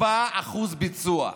4% ביצוע,